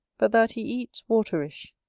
but that he eats waterish,